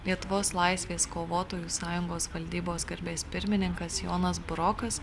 lietuvos laisvės kovotojų sąjungos valdybos garbės pirmininkas jonas burokas